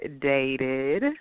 dated